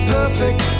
perfect